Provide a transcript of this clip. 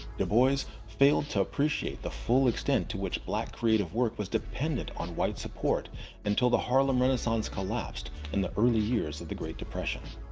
dubois failed to appreciate the full extent to which black creative work was dependent on white support until the harlem renaissance collapsed in the early years of the great depression